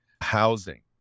Housing